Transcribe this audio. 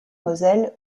moselle